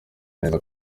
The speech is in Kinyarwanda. neza